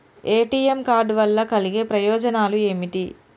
ATM card వల్ల కలిగే ప్రయోజనాలు ఏమిటి?